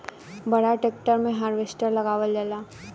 बड़ ट्रेक्टर मे हार्वेस्टर लगावल जाला